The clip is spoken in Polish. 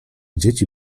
dzieci